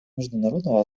международного